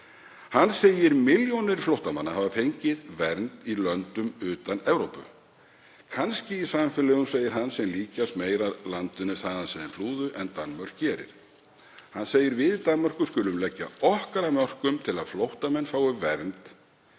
Hann segir: Milljónir flóttamanna hafa fengið vernd í löndum utan Evrópu, kannski í samfélögum sem líkjast meira landinu þaðan sem þau flúðu en Danmörk gerir. Við í Danmörku skulum leggja okkar af mörkum til að flóttamenn fái vernd.